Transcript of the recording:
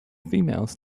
females